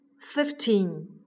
fifteen